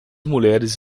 mulheres